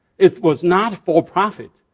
it was not for profit,